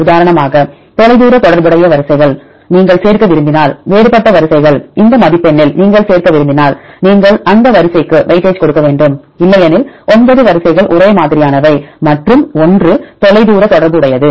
உதாரணமாக தொலைதூர தொடர்புடைய வரிசைகளை நீங்கள் சேர்க்க விரும்பினால் வேறுபட்ட வரிசைகள் இந்த மதிப்பெண்ணில் நீங்கள் சேர்க்க விரும்பினால் நீங்கள் அந்த வரிசைக்கு வெயிட்டேஜ் கொடுக்க வேண்டும் இல்லையெனில் ஒன்பது வரிசைகள் ஒரே மாதிரியானவை மற்றும் ஒன்று தொலைதூர தொடர்புடையது